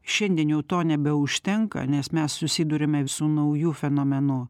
šiandien jau to nebeužtenka nes mes susiduriame su nauju fenomenu